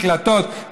הקלטות,